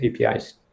apis